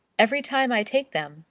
every time i take them,